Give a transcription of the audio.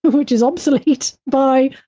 which is obsolete by,